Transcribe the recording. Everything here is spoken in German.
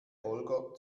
holger